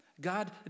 God